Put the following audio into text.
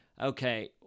okay